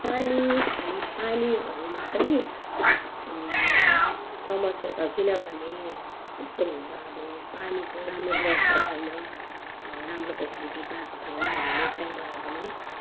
पानी खाने पानीहरूमा पनि समस्या छ किनभने यस्तो हुन्छ अब पानीको राम्रो व्यवस्था छैन राम्रो फेसिलिटी पाएको छैन हामीले कहीँबाट पनि